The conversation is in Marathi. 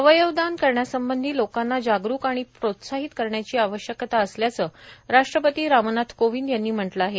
अवयवदान करण्यासंबंधी लोकांना जागरूक आणि प्रोत्साहित करण्याची आवश्यकता असल्याचं राष्ट्रपती रामनाथ कोविंद यांनी म्हटलं आहे